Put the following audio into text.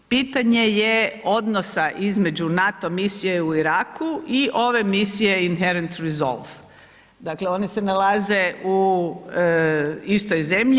Pitanje je odnosa između NATO misija u Iraku i ove misije Inherent resolve, dakle one se nalaze u istoj zemlji.